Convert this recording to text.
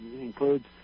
includes